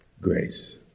grace